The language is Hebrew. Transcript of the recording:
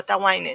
באתר ynet,